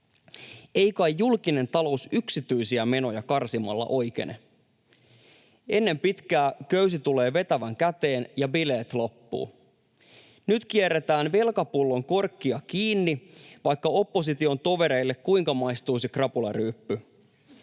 Ei kai julkinen talous yksityisiä menoja karsimalla oikene? Ennen pitkää köysi tulee vetävän käteen ja bileet loppuvat. Nyt kierretään velkapullon korkkia kiinni, vaikka opposition tovereille kuinka maistuisi krapularyyppy.